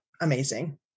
amazing